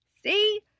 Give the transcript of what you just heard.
see